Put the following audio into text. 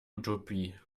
utopie